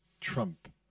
trump